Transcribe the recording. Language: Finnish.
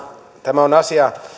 tämä on asia